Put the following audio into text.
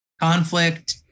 conflict